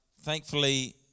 thankfully